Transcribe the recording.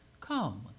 Come